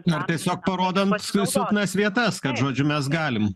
na tiesiog parodant silpnas vietas kad žodžiu mes galim